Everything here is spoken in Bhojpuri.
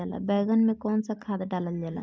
बैंगन में कवन सा खाद डालल जाला?